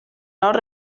nord